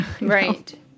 Right